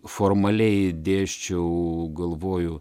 formaliai dėsčiau galvoju